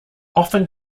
often